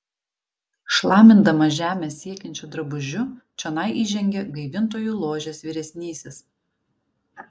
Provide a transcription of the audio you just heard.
šlamindamas žemę siekiančiu drabužiu čionai įžengė gaivintojų ložės vyresnysis